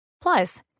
Plus